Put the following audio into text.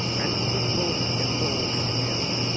entropy will get us all in the end.